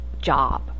job